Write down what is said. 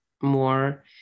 more